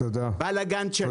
בלגן שלם.